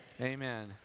Amen